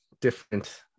different